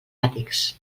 àtics